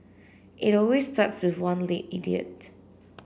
it always starts with one late idiot